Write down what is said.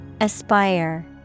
Aspire